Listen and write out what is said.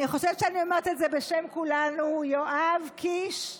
אני חושבת שאני אומרת את זה בשם כולנו, יואב קיש.